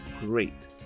great